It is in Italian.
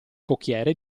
cocchiere